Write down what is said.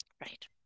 right